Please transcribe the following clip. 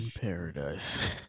paradise